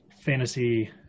fantasy